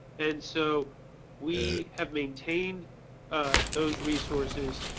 and so we have maintained those resources,